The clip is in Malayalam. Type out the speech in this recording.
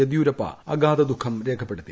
യദ്യൂരപ്പ അഗാധ ദുഃഖം രേഖപ്പെടുത്തി